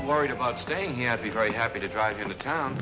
worried about staying here i'd be very happy to drive into town